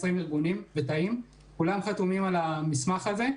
ארגונים ותאים חתומים כולם על המסמך הזה,